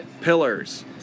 pillars